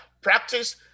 practice